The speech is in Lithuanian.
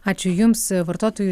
ačiū jums vartotojų